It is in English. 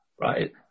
right